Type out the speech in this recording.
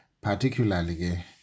particularly